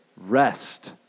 rest